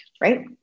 right